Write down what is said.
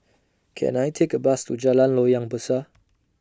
Can I Take A Bus to Jalan Loyang Besar